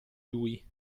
lui